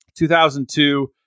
2002